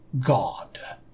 God